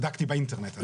בדקתי באינטרנט.